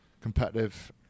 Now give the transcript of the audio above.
competitive